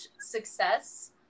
success